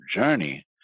journey